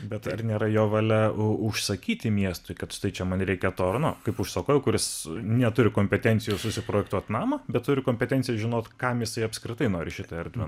bet ar nėra jo valia užsakyti miestui kad štai čia man reikia to ar ano kaip užsakovui kuris neturi kompetencijos susiprojektuoti namą bet turi kompetencijos žinot kam jisai apskritai nori šitą erdvę